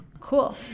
Cool